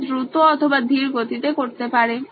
সে দ্রুত অথবা ধীর গতিতে করতে পারে